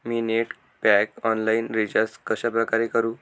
मी net pack online recharge कशाप्रकारे करु?